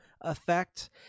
effect